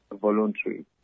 voluntary